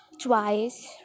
twice